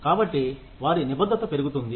కాబట్టి వారి నిబద్ధత పెరుగుతుంది